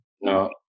No